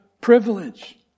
privilege